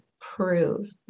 prove